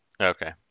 Okay